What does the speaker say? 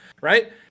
right